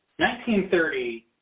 1930